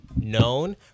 known